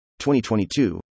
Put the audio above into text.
2022